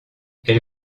elle